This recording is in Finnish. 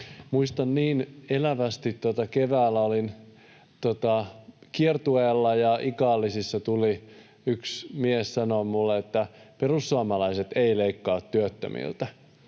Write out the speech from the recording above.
Muistan niin elävästi, kun keväällä olin kiertueella ja Ikaalisissa tuli yksi mies sanomaan minulle, että perussuomalaiset eivät leikkaa työttömiltä.